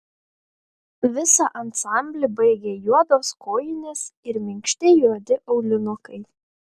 visą ansamblį baigė juodos kojinės ir minkšti juodi aulinukai